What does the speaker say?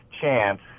chance